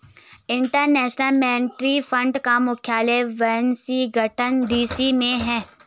international monetary fund का मुख्यालय Washington DC में है